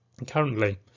Currently